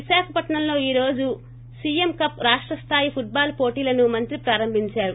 విశాఖపట్నంలో ఈరోజు ముఖ్యమంత్రి కప్ రాష్టస్థాయి ఫుట్బాల్ పోటీలను మంత్రి ప్రారంభించారు